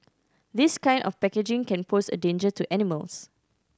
this kind of packaging can pose a danger to animals